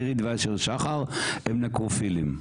אירית ואשר שחר הם נקרופילים.